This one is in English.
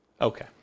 Okay